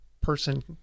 person